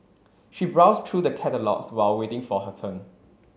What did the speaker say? she browsed through the catalogues while waiting for her turn